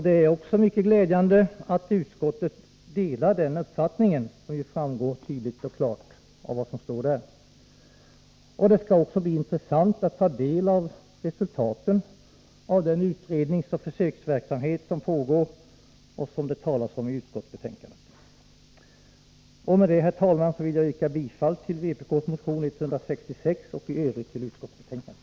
Det är också mycket glädjande att utskottet delar den uppfattningen, vilket framgår tydligt och klart av vad som står i betänkandet. Det skall också bli intressant att ta del av resultaten av den utredningsoch försöksverksamhet som pågår och som det talas om i utskottsbetänkandet. Herr talman! Med detta ber jag att få yrka bifall till vpk:s motion 166 och i övrigt till utskottets hemställan.